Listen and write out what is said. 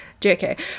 JK